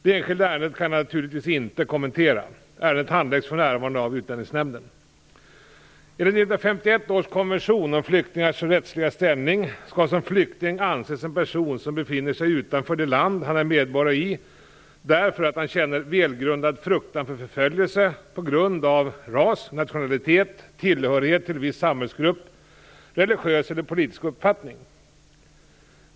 Det enskilda ärendet kan jag naturligtvis inte kommentera. Ärendet handläggs för närvarande av Enligt 1951 års konvention om flyktingars rättsliga ställning skall som flykting anses en person som befinner sig utanför det land han är medborgare i därför att han känner välgrundad fruktan för förföljelse på grund av ras, nationalitet, tillhörighet till viss samhällsgrupp, religiös eller politisk uppfattning.